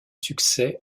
succès